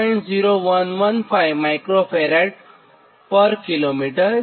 0115 microfarad પર કિમી છે